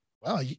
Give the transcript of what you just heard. wow